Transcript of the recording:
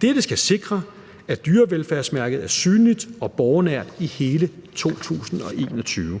Dette skal sikre, at dyrevelfærdsmærket er synligt og borgernært i hele 2021.